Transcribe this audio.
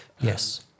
yes